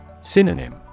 Synonym